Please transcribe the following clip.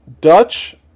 Dutch